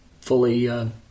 fully